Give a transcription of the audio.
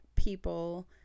people